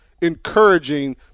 encouraging